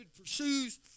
pursues